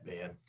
man